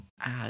add